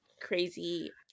crazy